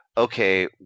okay